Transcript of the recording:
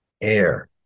air